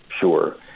Sure